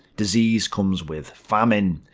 disease comes with famine.